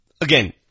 again